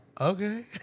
okay